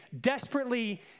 desperately